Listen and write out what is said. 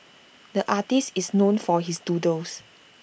the artist is known for his doodles